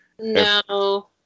No